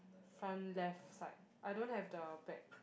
front left side I don't have the bag